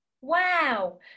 wow